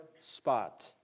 spot